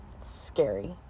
scary